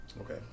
Okay